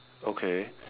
okay